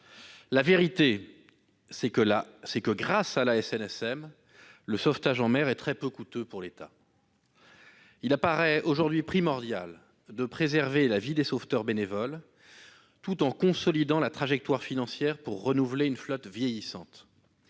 En vérité, grâce à la SNSM, cette activité est très peu coûteuse pour l'État. Il apparaît aujourd'hui primordial de préserver la vie des sauveteurs bénévoles tout en consolidant la trajectoire financière de la SNSM pour renouveler une flotte vieillissante.